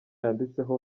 yanditseho